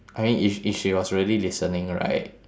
I mean if if she was really listening right